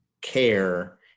care